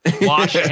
wash